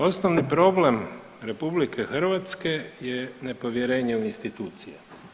Osnovni problem RH je nepovjerenje u institucije.